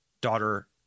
daughter